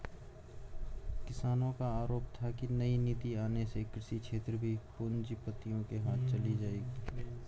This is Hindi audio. किसानो का आरोप था की नई नीति आने से कृषि क्षेत्र भी पूँजीपतियो के हाथ चली जाएगी